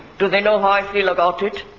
do they know how i feel about it?